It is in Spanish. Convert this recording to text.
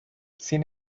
sin